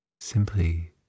simply